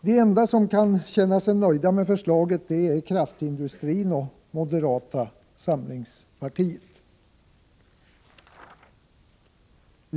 De enda som kan känna sig nöjda med förslaget är kraftindustrin och moderata samlingspartiet.